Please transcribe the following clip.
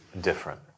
different